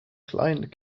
client